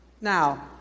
Now